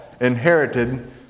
inherited